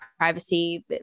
privacy